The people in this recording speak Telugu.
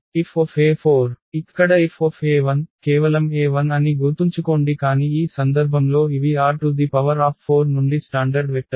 ఇక్కడ Fe1 కేవలం e1 అని గుర్తుంచుకోండి కాని ఈ సందర్భంలో ఇవి R⁴ నుండి స్టాండర్డ్ వెక్టర్స్